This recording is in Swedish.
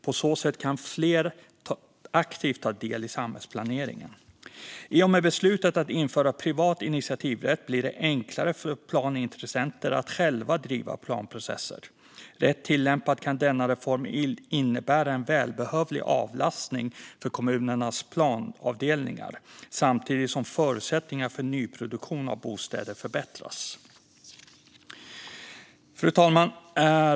På så sätt kan fler aktivt ta del av samhällsplaneringen. I och med beslutet att införa privat initiativrätt blir det enklare för planintressenter att själva driva planprocesser. Rätt tillämpad kan denna reform innebära en välbehövlig avlastning för kommunernas planavdelningar samtidigt som förutsättningarna för nyproduktion av bostäder förbättras. Fru talman!